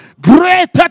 Greater